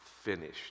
finished